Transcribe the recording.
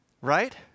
Right